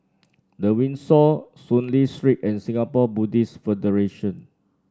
The Windsor Soon Lee Street and Singapore Buddhist Federation